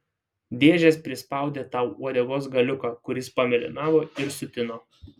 dėžės prispaudė tau uodegos galiuką kuris pamėlynavo ir sutino